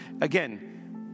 Again